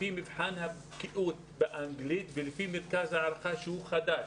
לפי מבחן הבקיאות באנגלית ולפי מרכז הערכה שהוא חדש.